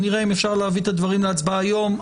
נראה אם אפשר להביא את הדברים להצבעה היום.